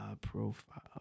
profile